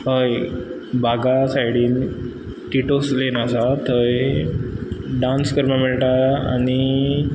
हय बागा सायडीन टिटोज लेन आसा थंय डान्स करपाक मेळटा आनी